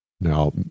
Now